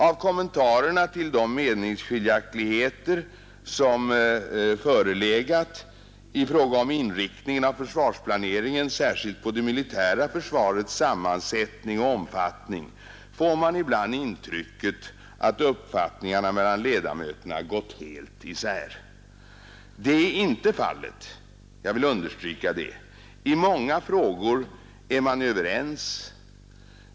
Av kommentarerna till de meningsskiljaktigheter som förelegat i fråga om inriktningen av försvarsplaneringen, särskilt då det militära försvarets sammansättning och omfattning, får man ibland intrycket att uppfattningarna mellan ledamöterna gått helt isär. Så är inte fallet. Jag vill understryka det. I många frågor är man överens.